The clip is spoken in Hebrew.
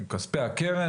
עם כספי הקרן,